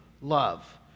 love